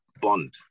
bond